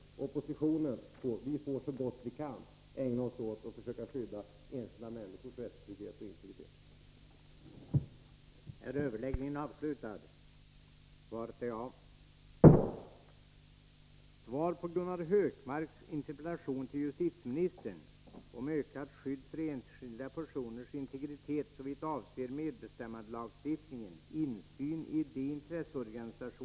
Vi i oppositionen får så gott vi kan ägna oss åt att försöka skydda enskilda människors rättstrygghet och integritet.